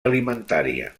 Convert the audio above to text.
alimentària